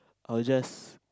I will just